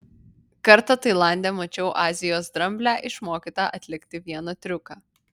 kartą tailande mačiau azijos dramblę išmokytą atlikti vieną triuką